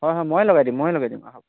হয় হয় ময়ে লগাই দিম ময়ে লগাই দিম আহক